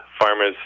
farmers